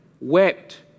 wept